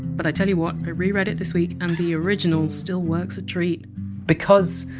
but i tell you what, i reread it this week, and the original still works a treat because